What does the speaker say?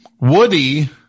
Woody